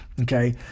Okay